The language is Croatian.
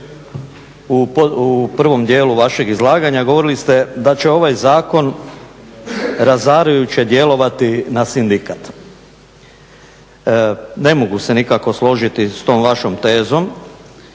u prvom djelom vašeg izlaganja govorili ste da će ovaj zakon razarajuće djelovati na sindikat. Ne mogu se nikako složiti s tom vašom tezom,